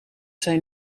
zijn